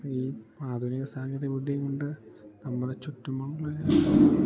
ഈ ആധുനിക സാങ്കേതിക വിദ്യകൊണ്ട് നമ്മുടെ ചുറ്റുമുള്ള